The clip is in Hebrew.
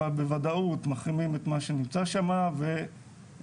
אבל בוודאות מחרימים את מה שנמצא שם ובעל